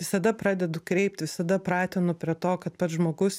visada pradedu kreipti visada pratinu prie to kad pats žmogus